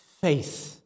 faith